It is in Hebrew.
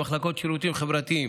במחלקות לשירותים חברתיים,